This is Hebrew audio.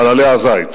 על עלה הזית.